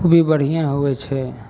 भी बढ़ियेँ होइ छै